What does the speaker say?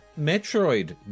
Metroid